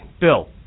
Bill